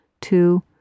two